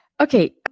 Okay